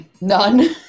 None